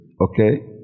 Okay